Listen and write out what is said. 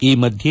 ಈ ಮಧ್ಯೆ